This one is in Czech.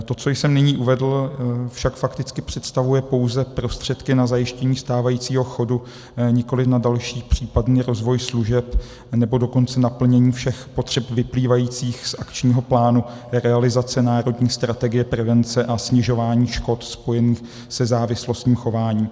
To, co jsem nyní uvedl, však fakticky představuje pouze prostředky na zajištění stávajícího chodu, nikoliv na další případný rozvoj služeb, nebo dokonce naplnění všech potřeb vyplývajících z akčního plánu realizace Národní strategie prevence a snižování škod spojených se závislostním chováním.